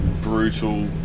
brutal